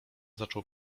zaczął